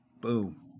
boom